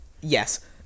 Yes